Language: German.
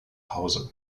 hause